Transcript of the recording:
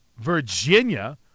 Virginia